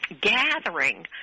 gathering